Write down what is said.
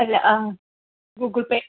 അല്ല ആ ഗൂഗിൾ പേ